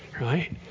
Right